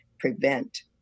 prevent